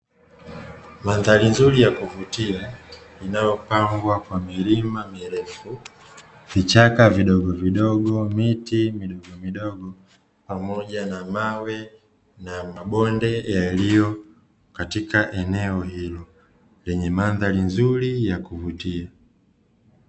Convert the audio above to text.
Mandhari nzuri ya kuvutia, inayopambwa kwa milima mirefu, vichaka vidogovidogo, miti midogomidogo, pamoja na mawe na mabonde yaliyo katika eneo hilo, lenye mandahari nzuri ya kuvutia.